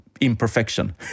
imperfection